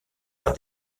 par